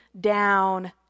down